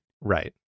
Right